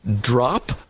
drop